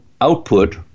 output